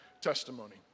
testimony